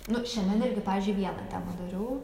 nu šiandien irgi pavyzdžiui vieną temą dariau